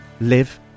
live